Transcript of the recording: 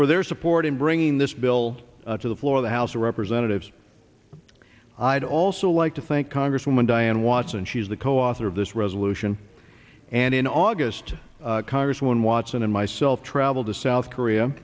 for their support in bringing this bill to the floor of the house of representatives i'd also like to thank congresswoman diane watson she's the co author of this resolution and in august congresswoman watson and myself traveled to south korea